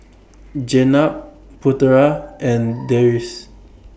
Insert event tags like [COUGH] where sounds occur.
Jenab Putera [NOISE] and Deris